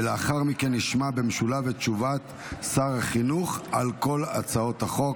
ולאחר מכן נשמע במשולב את תשובת שר החינוך על כל הצעות החוק.